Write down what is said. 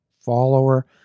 follower